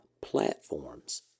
Platforms